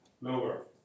lower